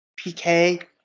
PK